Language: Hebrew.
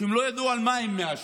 והם לא ידעו מה הם מאשרים.